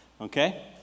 okay